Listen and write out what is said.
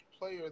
player